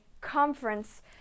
conference